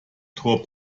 tor